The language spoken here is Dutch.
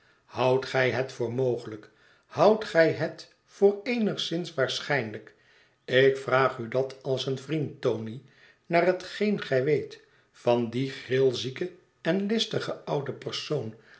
houdt gij het voor mogelijk houdt gij het voor eenigszins waarschijnlijk ik vraag u dat als een vriend tony naar hetgeen gij weet van dien grilzieken en listigen ouden persoon